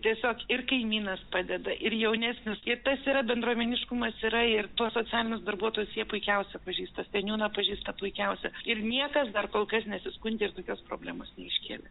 tiesiog ir kaimynas padeda ir jaunesnis ir tas yra bendruomeniškumas yra ir tuos socialinius darbuotojus jie puikiausia pažįsta seniūną pažįsta puikiausia ir niekas dar kol kas nesiskundė ir tokios problemos neiškėlė